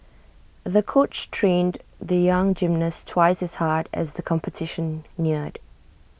the coach trained the young gymnast twice as hard as the competition neared